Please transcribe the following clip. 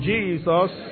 Jesus